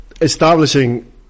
establishing